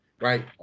Right